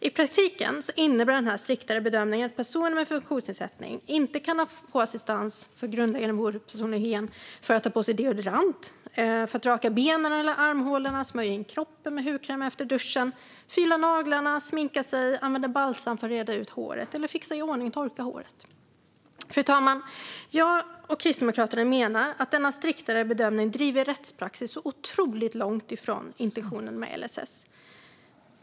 I praktiken innebär denna striktare bedömning att personer med funktionsnedsättning inte kan få assistans för grundläggande personlig hygien för att ta på sig deodorant, raka benen eller armhålorna, smörja in kroppen med hudkräm efter duschen, fila naglarna, sminka sig, använda balsam för att reda ut håret eller fixa i ordning och torka håret. Fru talman! Jag och Kristdemokraterna menar att denna striktare bedömning driver rättspraxis otroligt långt ifrån intentionen med LSS.